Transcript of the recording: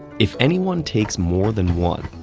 if anyone takes more than one,